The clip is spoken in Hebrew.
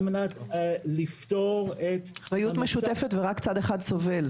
על מנת לפתור את --- אחריות משותפת ורק צד אחד סובל,